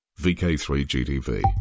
VK3GTV